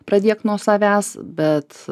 pradėk nuo savęs bet